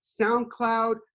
SoundCloud